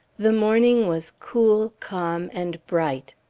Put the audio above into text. the morning was cool, calm, and bright.